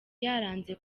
yaranze